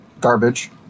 garbage